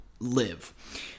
live